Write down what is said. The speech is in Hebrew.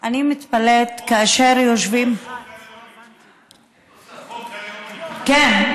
אני מתפלאת, כאשר יושבים, זה חוק הלאום, כן.